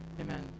Amen